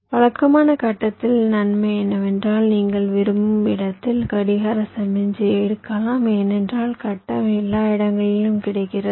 வழக்கமான கட்டத்தின் நன்மை என்னவென்றால் நீங்கள் விரும்பும் இடத்தில் கடிகார சமிக்ஞையை எடுக்கலாம் ஏனென்றால் கட்டம் எல்லா இடங்களிலும் கிடைக்கிறது